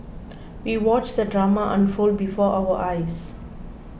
we watched the drama unfold before our eyes